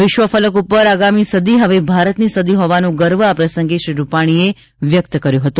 વિશ્વ ફલક ઉપર આગામી સદી હવે ભારતની સદી હોવાનો ગર્વ આ પ્રસંગે શ્રી રૂપાણીએ કર્યો હતો